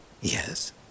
Yes